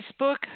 Facebook